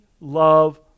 love